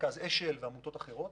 כמו עמותת השל ואחרות,